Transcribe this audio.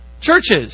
churches